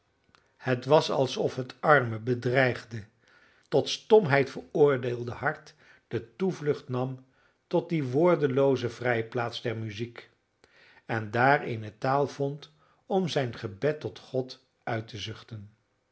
het was alsof het arme bedreigde tot stomheid veroordeelde hart de toevlucht nam tot die woordelooze vrijplaats der muziek en daar eene taal vond om zijn gebed tot god uit te zuchten